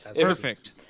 Perfect